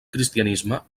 cristianisme